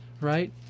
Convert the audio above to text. right